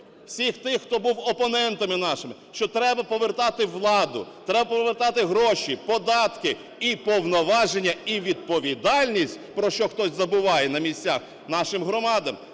всіх тих, хто був опонентами нашими, що треба повертати владу, треба повертати гроші, податки, і повноваження, і відповідальність, про що хтось забуває на місцях, нашим громадам?